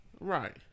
right